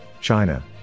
China